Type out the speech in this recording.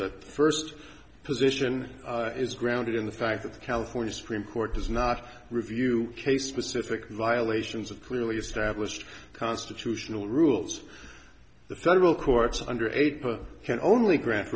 that first position is grounded in the fact that the california supreme court does not review case specific violations of clearly established constitutional rules the federal courts under eight can only grant